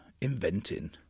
inventing